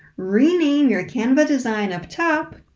rename your canva design up top,